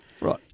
Right